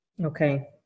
Okay